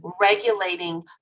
regulating